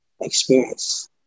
experience